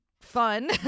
fun